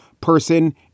person